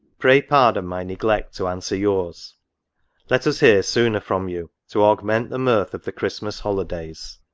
pray pardon my neglect to answer yours let us hear sooner from you, to augment the mirth of the christmas holidays.